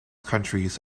countries